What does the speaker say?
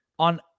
on